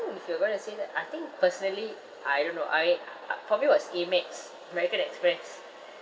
if you are going to say that I think personally I don't know I uh uh for me was Amex American Express